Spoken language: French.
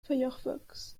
firefox